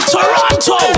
Toronto